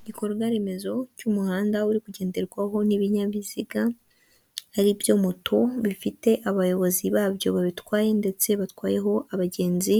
Igikorwa remezo cy'umuhanda uri kugenderwaho n'ibinyabiziga ari byo moto; bifite abayobozi babyo babitwaye ndetse batwayeho abagenzi;